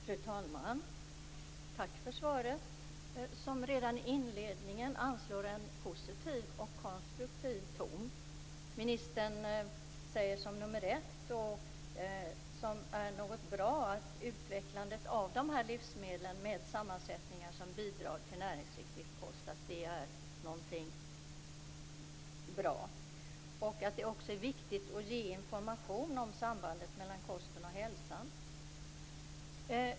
Fru talman! Tack för svaret som redan i inledningen anslår en positiv och konstruktiv ton. Ministern säger som nummer ett, vilket är bra, att utvecklandet av livsmedel med sammansättningar som bidrar till näringsriktig kost är någonting bra och att det är viktigt att informera om sambandet mellan kosten och hälsan.